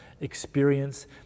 experience